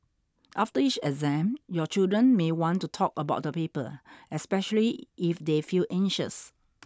after each exam your children may want to talk about the paper especially if they feel anxious